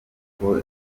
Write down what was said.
uko